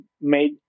made